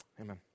Amen